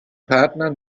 partner